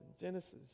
Genesis